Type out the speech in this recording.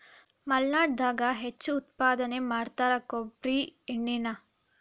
ಮಲ್ನಾಡದಾಗ ಹೆಚ್ಚು ಉತ್ಪಾದನೆ ಮಾಡತಾರ ಕೊಬ್ಬ್ರಿ ಎಣ್ಣಿನಾ